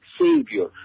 Savior